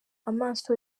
amaso